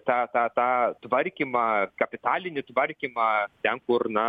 tą tą tą tvarkymą kapitalinį tvarkymą ten kur na